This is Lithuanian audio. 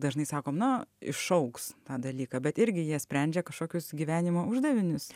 dažnai sakom na išaugs tą dalyką bet irgi jie sprendžia kažkokius gyvenimo uždavinius